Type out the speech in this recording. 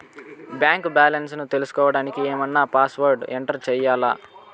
Bank balance తెలుసుకోవడానికి ఏమన్నా password enter చేయాలా?